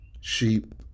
sheep